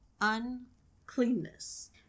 uncleanness